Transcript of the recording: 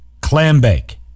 Clambake